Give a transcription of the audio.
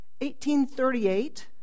1838